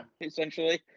essentially